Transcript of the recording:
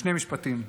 שני משפטים.